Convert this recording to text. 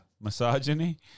Misogyny